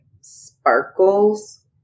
sparkles